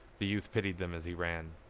the youth pitied them as he ran.